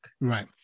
Right